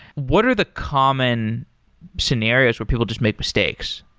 what are the common scenarios where people just make mistakes?